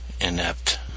inept